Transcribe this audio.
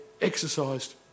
exercised